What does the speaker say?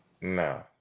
No